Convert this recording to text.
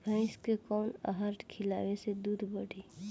भइस के कवन आहार खिलाई जेसे दूध बढ़ी?